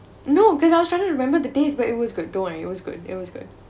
no cause I was trying to remember the taste but it was good and it was good it was good